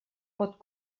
pot